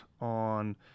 on